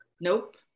Nope